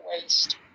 waste